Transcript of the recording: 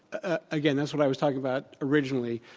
ah again, that's what i was talking about originally.